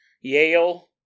Yale